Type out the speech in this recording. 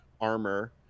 armor